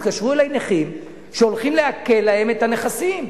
התקשרו אלי נכים שהולכים לעקל להם את הנכסים,